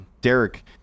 Derek